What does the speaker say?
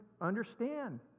understand